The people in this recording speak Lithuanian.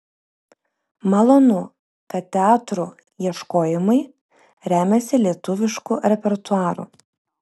malonu kad teatrų ieškojimai remiasi lietuvišku repertuaru